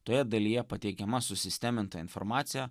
toje dalyje pateikiama susisteminta informacija